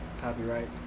Copyright